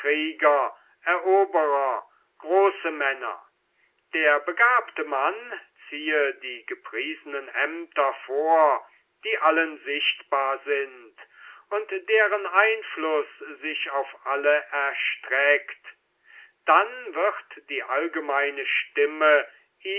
große männer der begabte mann ziehe die gepriesenen aemter vor die allen sichtbar sind und deren einfluß sich auf alle erstreckt dann wird die allgemeine stimme